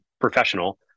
professional